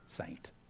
saint